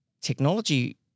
technology